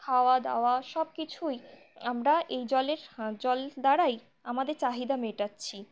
খাওয়া দাওয়া সব কিছুই আমরা এই জলের জল দ্বারাই আমাদের চাহিদা মেটাচ্ছি